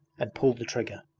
and pulled the trigger.